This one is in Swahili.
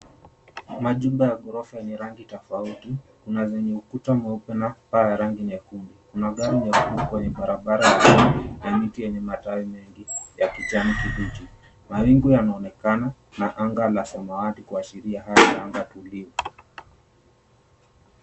Majumba ya ghorofa yenye rangi tofauti kuna zenye ukuta mweupe na paa ya rangi nyekundu kuna gari nyekundu kwenye barabara ya lami na miti yenye matawi mengi ya kijani kibichi mawingu yanaonekana na anga la samawati kuashiria hali ya anga tulivu.